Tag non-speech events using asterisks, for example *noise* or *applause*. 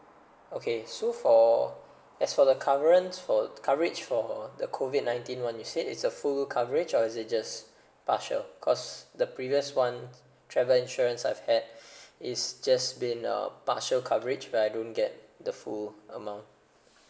okay so for as for the current for coverage for the COVID nineteen one you said it's a full coverage or is it just partial cause the previous one travel insurance I've had *breath* it's just been a partial coverage but I don't get the full amount